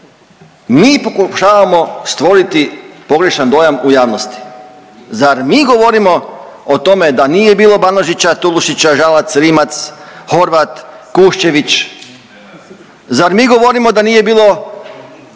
mi pokušavamo stvoriti pogrešan dojam u javnosti. Zar mi govorimo o tome da nije bilo Banožića, Tolušića, Žalac, Rimac, Horvat, Kuščević? Zar mi govorimo da nije bilo